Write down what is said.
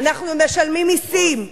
אנחנו משלמים מסים,